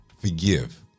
Forgive